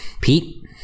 Pete